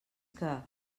que